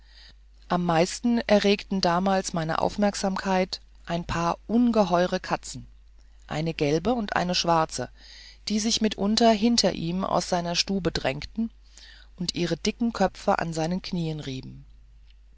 am meisten erregten damals meine aufmerksamkeit ein paar ungeheuere katzen eine gelbe und eine schwarze die sich mitunter hinter ihm aus seiner stube drängten und ihre dicken köpfe an seinen knieen rieben